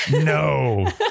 No